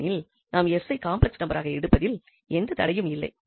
ஏனெனில் நாம் 𝑠 ஐ காம்ப்ளெக்ஸ் நம்பர் ஆக எடுப்பதில் எந்த தடையும் இல்லை